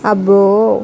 అబ్బో